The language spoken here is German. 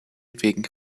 wegen